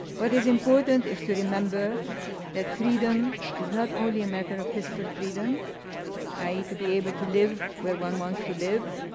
what is important is to remember that freedom is not only a matter of physical freedom i e. to be able to live where one wants to live,